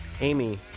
Amy